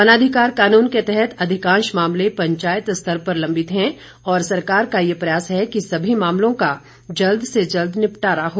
वनाधिकार कानून के तहत अधिकांश मामले पंचायत स्तर पर लंबित हैं और सरकार का प्रयास है कि सभी मामलों का जल्द से जल्द निपटारा हो